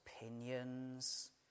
opinions